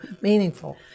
meaningful